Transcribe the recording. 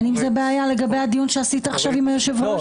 אין עם זה בעיה לגבי הדיון שעשית עכשיו עם היושב ראש?